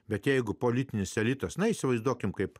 bet jeigu politinis elitas na įsivaizduokime kaip